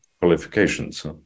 qualifications